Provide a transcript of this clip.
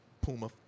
Puma